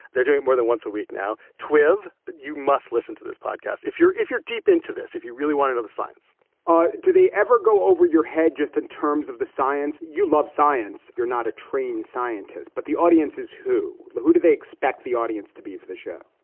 they're doing more than once a week. now, twitter, you must listen to this podcast. if you're if you're deep into this, if you really want to know the signs ah do they ever go over your head just in terms of the science? you love science. you're not a trained scientist. but the audience is who? who do they expect the audience to be for the show?